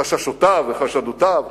חששותיו וחשדותיו,